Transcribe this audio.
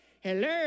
hello